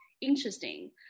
interesting